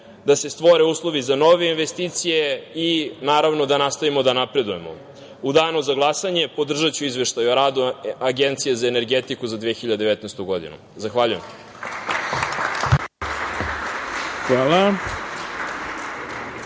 da se stvore uslovi za nove investicije i, naravno, da nastavimo da napredujemo. U danu za glasanje podržaću Izveštaj o radu Agencije za energetiku za 2019. godinu. Zahvaljujem. **Ivica